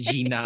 Gina